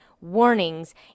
warnings